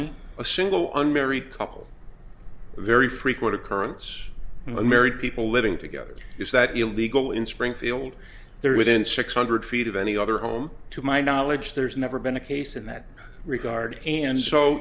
me a single unmarried couple very frequent occurrence unmarried people living together is that illegal in springfield they're within six hundred feet of any other home to my knowledge there's never been a case in that regard and so